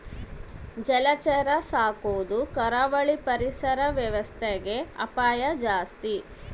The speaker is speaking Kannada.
ಜಲಚರ ಸಾಕೊದು ಕರಾವಳಿ ಪರಿಸರ ವ್ಯವಸ್ಥೆಗೆ ಅಪಾಯ ಜಾಸ್ತಿ